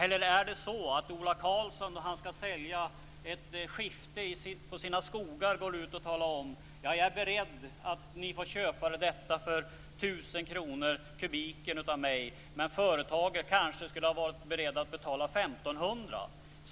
När Ola Karlsson skall sälja ett skifte på sina skogar talar han om: Jag är beredd att sälja detta för 1 000 kr per kubikmeter? Företaget kanske skulle ha varit berett att betala 1 500 kr.